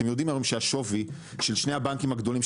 אתם יודעים היום שהשווי של שני הבנקים הגדולים,